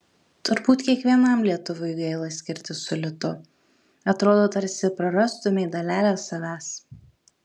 turbūt kiekvienam lietuviui gaila skirtis su litu atrodo tarsi prarastumei dalelę savęs